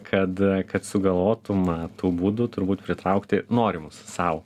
kad kad sugalvotum tų būdų turbūt pritraukti norimus sau